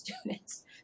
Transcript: students